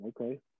okay